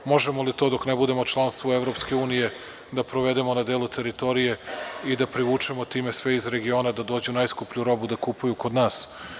Možemo li to dok ne budemo članstvo Evropske unije da provedemo na delu teritorije i da privučemo time sve iz regiona da dođu najskuplju robu da kupuju kod nas.